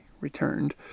returned